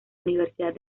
universidad